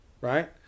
Right